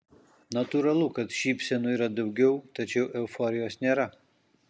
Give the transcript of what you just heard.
natūralu kad šypsenų yra daugiau tačiau euforijos nėra